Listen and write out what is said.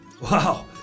Wow